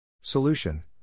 Solution